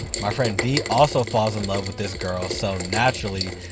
my friend d also falls in love with this girl so naturally,